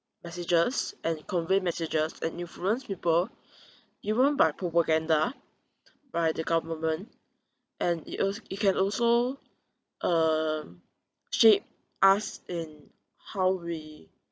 messages and convey messages and influence people even by propaganda by the government and it als~ it can also uh shape us in how we